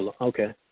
Okay